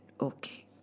okay